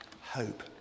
hope